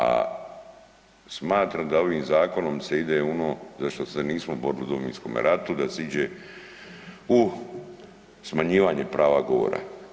A smatram da ovim zakonom se ide u ono za što se nismo borili u Domovinskome ratu da se ide u smanjivanje prava govora.